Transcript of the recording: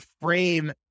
frame